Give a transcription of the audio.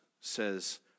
says